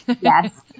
yes